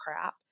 crap